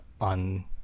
on